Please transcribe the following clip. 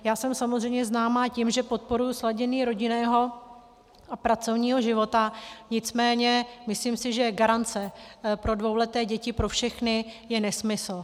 Já jsem samozřejmě známá tím, že podporuji sladění rodinného a pracovního života, nicméně si myslím, že garance pro dvouleté děti, pro všechny, je nesmysl.